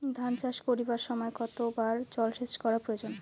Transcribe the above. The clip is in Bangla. ধান চাষ করিবার সময় কতবার জলসেচ করা প্রয়োজন?